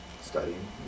studying